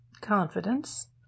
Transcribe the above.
confidence